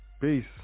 Peace